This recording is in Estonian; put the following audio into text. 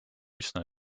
üsna